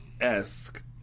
esque